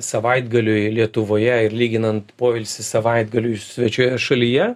savaitgaliui lietuvoje ir lyginant poilsį savaitgaliui svečioje šalyje